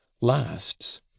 lasts